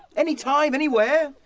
anytime, anywhere!